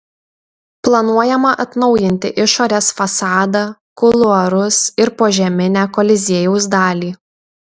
planuojama atnaujinti išorės fasadą kuluarus ir požeminę koliziejaus dalį